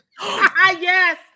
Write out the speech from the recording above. Yes